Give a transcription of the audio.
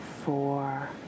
four